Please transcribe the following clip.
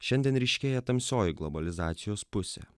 šiandien ryškėja tamsioji globalizacijos pusė